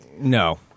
No